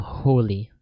holy